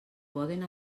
poden